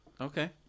Okay